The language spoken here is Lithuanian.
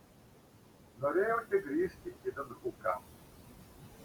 norėjau tik grįžti į vindhuką